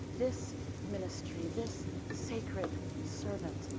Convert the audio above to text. this ministry, this sacred sort of and